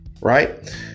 right